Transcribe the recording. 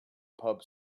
pub